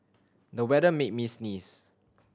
the weather made me sneeze